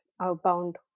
outbound